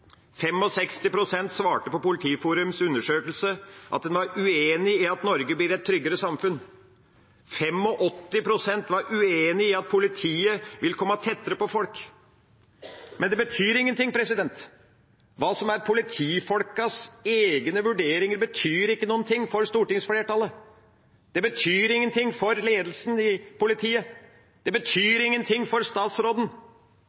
svarte på Politiforums undersøkelse at en var uenig i at Norge blir et tryggere samfunn. 85 pst. var uenig i at politiet vil komme tettere på folk. Men det betyr ingenting. Hva som er politifolks egne vurderinger, betyr ikke noen ting for stortingsflertallet. Det betyr ingenting for ledelsen i politiet. Det